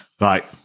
right